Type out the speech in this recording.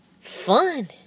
fun